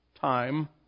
time